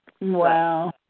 Wow